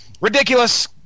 Ridiculous